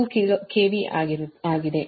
2 KV ಆಗಿದೆ